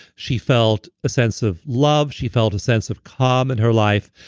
she felt a sense of love. she felt a sense of calm in her life.